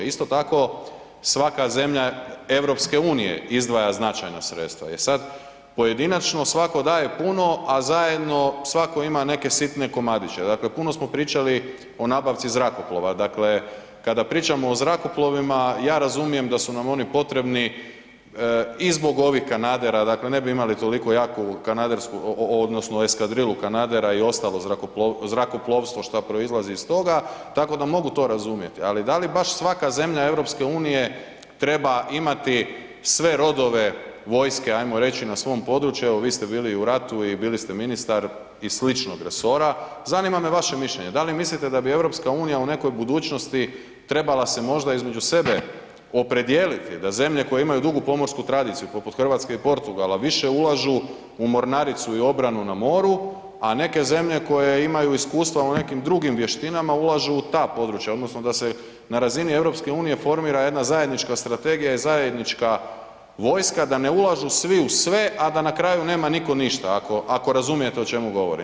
Isto tako svaka zemlja EU izdvaja značajna sredstva, e sad pojedinačno svatko daje puno, a zajedno svatko ima neke sitne komadiće, dakle puno smo pričali o nabavci zrakoplova, dakle kada pričamo o zrakoplovima ja razumijem da su nam oni potrebni i zbog ovih kanadera, dakle ne bi imali toliku jaku kanadersku odnosno eskadrilu kanadera i ostalo zrakoplovstvo šta proizlazi iz toga, tako da mogu to razumjeti, ali da li baš svaka zemlja EU treba imati sve rodove vojske amjo reći na svom području, evo vi ste bili u ratu i bili ste ministar i sličnog resora, zanima me vaše mišljenje, da li mislite da bi EU u nekoj budućnosti trebala se možda između sebe opredjeliti da zemlje koje imaju dugu pomorsku tradiciju poput RH i Portugala više ulažu u mornaricu i obranu na moru, a neke zemlje koje imaju iskustva u nekim drugim vještinama ulažu u ta područja odnosno da se na razini EU formira jedna zajednička strategija i zajednička vojska, da ne ulažu svi u sve, a da na kraju nema nitko ništa ako razumijete o čemu govorim.